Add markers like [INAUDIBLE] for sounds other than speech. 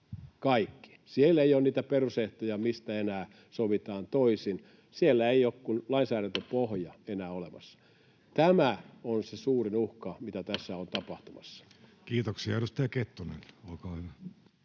kaikki. Siellä ei ole niitä perusehtoja, mistä enää sovitaan toisin. Siellä ei ole kuin lainsäädäntöpohja enää olemassa. [NOISE] Tämä on se suurin uhka, [NOISE] mitä tässä on tapahtumassa. Kiitoksia. — Edustaja Kettunen, olkaa hyvä.